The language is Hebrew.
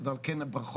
ועל כן הברכות.